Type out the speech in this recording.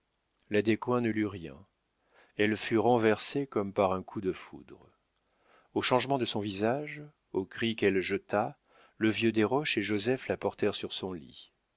la descoings ne lut rien elle fut renversée comme par un coup de foudre au changement de son visage au cri qu'elle jeta le vieux desroches et joseph la portèrent sur son lit